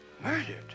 Murdered